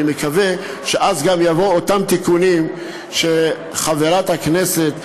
אני מקווה שאז גם יבואו אותם תיקונים שחברת הכנסת,